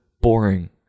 boring